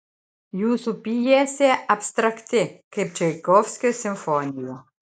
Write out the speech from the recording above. jūsų pjesė abstrakti kaip čaikovskio simfonija